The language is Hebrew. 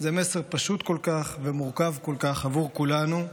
זה מסר פשוט כל כך ומורכב כל כך עבור כולנו.